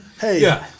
Hey